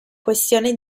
questione